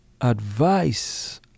advice